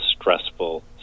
stressful